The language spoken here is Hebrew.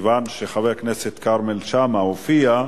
כיוון שחבר הכנסת כרמל שאמה הופיע,